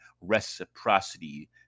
reciprocity